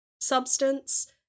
substance